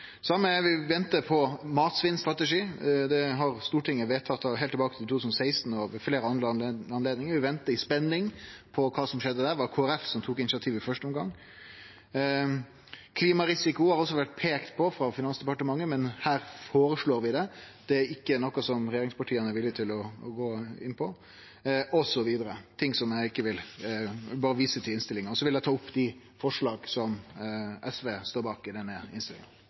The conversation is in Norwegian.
Vi ventar også på ein matsvinnstrategi. Det har Stortinget vedtatt heilt tilbake til 2016 og ved fleire andre anledningar. Vi ventar i spenning på kva som skjer der. Det var Kristeleg Folkeparti som tok initiativ i første omgang. Klimarisiko har også vore peika på av Finansdepartementet, men her føreslår vi å rapportere om det. Det er ikkje noko som regjeringspartia er villig til å gå inn på. Eg berre viser vidare til innstillinga. Eg tar opp forslaga til SV i innstillinga. Representanten Torgeir Knag Fylkesnes har tatt opp